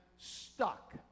stuck